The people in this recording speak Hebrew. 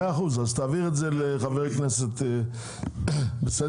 נכון, העבר זאת לחבר הכנסת דנינו.